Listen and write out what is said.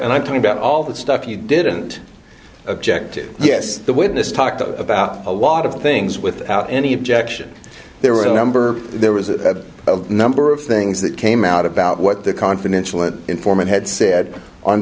and i'm talking about all the stuff you didn't object to yes the witness talked about a lot of things without any objection there were a number there was a number of things that came out about what the confidential an informant had